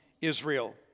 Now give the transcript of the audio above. Israel